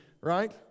right